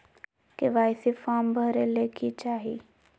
KYC form भरे ले कि चाही?